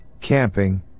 camping